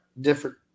different